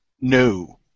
No